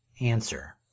Answer